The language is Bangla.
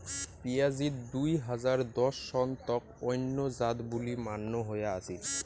পিঁয়াজিত দুই হাজার দশ সন তক অইন্য জাত বুলি মান্য হয়া আছিল